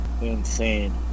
Insane